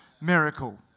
miracle